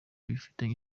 bifitanye